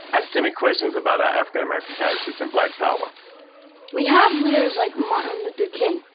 ask timmy questions about our african american heritage and black power we have leaders like martin luther king,